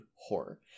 horror